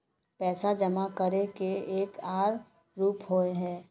पैसा जमा करे के एक आर रूप होय है?